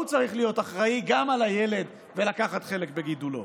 הוא צריך להיות אחראי לילד ולקחת חלק בגידולו